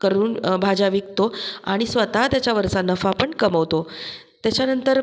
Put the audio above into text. करून भाज्या विकतो आणि स्वतः त्याच्यावरचा नफापण कमवतो त्याच्यानंतर